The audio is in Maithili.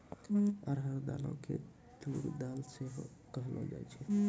अरहर दालो के तूर दाल सेहो कहलो जाय छै